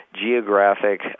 geographic